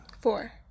Four